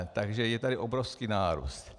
Takže je tady obrovský nárůst.